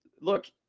look